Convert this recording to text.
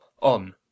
on